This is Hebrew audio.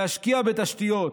להשקיע בתשתיות,